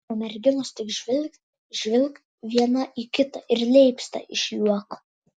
o merginos tik žvilgt žvilgt viena į kitą ir leipsta iš juoko